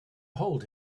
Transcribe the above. hold